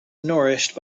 nourished